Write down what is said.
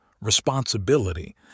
responsibility